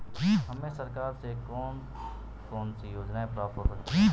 हमें सरकार से कौन कौनसी योजनाएँ प्राप्त हो सकती हैं?